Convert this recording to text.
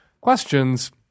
questions –